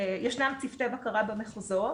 ישנם צוותי בקרה במחוזות